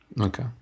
Okay